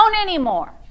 anymore